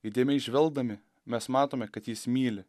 įdėmiai žvelgdami mes matome kad jis myli